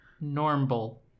Normal